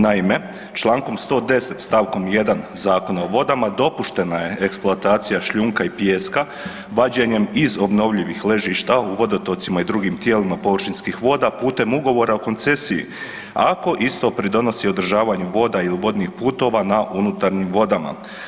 Naime, čl. 110. st. 1. Zakona o vodama dopuštena je eksploatacija šljunka i pijeska vađenjem iz obnovljivih ležišta u vodotocima i drugim tijelima površinskih voda putem Ugovora o koncesiji ako isto pridonosi održavanju voda i vodnih putova na unutarnjim vodama.